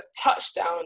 Touchdown